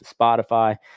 spotify